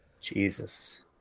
Jesus